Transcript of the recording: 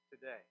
today